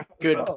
Good